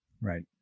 Right